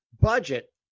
budget